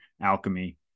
alchemy